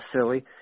silly